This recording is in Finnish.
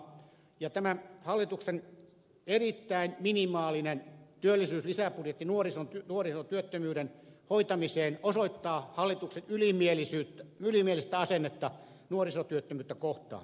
tämä hallituksen erittäin minimaalinen työllisyyslisäbudjetti nuorisotyöttömyyden hoitamiseen osoittaa hallituksen ylimielistä asennetta nuorisotyöttömyyttä kohtaan